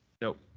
Nope